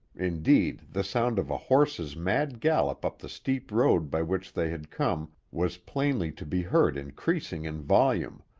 indeed, the sound of a horse's mad gallop up the steep road by which they had come was plainly to be heard increasing in volume,